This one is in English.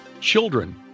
children